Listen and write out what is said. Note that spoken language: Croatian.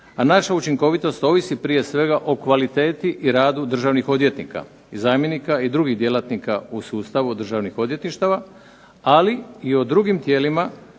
a naša učinkovitost ovisi prije svega o kvaliteti i radu državnih odvjetnika i zamjenika i drugih djelatnika u sustavu državnih odvjetništava, ali i o drugim tijelima